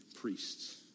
priests